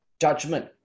judgment